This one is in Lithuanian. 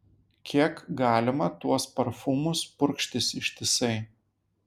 kiek galima tuos parfumus purkštis ištisai